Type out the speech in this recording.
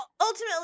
ultimately